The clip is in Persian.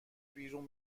بیرون